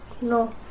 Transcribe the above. No